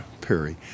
Perry